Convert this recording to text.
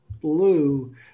blue